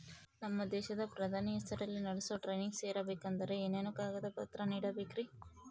ನಮ್ಮ ದೇಶದ ಪ್ರಧಾನಿ ಹೆಸರಲ್ಲಿ ನಡೆಸೋ ಟ್ರೈನಿಂಗ್ ಸೇರಬೇಕಂದರೆ ಏನೇನು ಕಾಗದ ಪತ್ರ ನೇಡಬೇಕ್ರಿ?